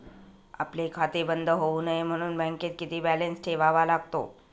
आपले खाते बंद होऊ नये म्हणून बँकेत किती बॅलन्स ठेवावा लागतो?